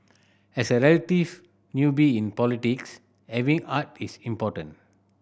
as a relative newbie in politics having heart is important